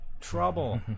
Trouble